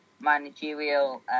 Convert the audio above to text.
managerial